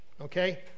okay